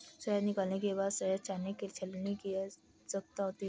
शहद निकालने के बाद शहद छानने के लिए छलनी की आवश्यकता होती है